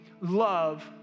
love